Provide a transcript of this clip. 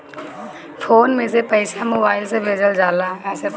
phone पे से पईसा mobile से भेजल जाला